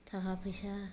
थाखा फैसा